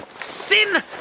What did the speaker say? Sin